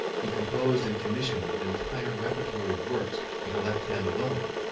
he composed and commissioned an entire repertoire of works for the left hand alone